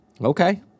Okay